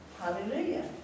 Hallelujah